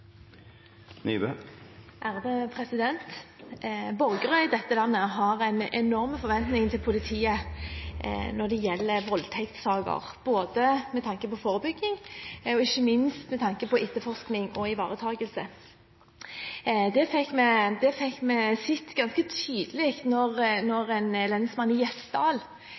Borgere i dette landet har en enorm forventning til politiet når det gjelder voldtektssaker, både med tanke på forebygging og – ikke minst – med tanke på etterforskning og ivaretakelse. Det fikk vi sett ganske tydelig da en lensmann i Gjesdal